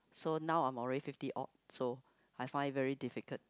so now I'm already fifty odd so I find very difficult